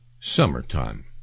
Summertime